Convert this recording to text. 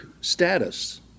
status